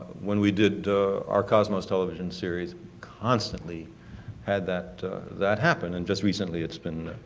when we did our cosmos television series constantly had that that happen and just recently it's been,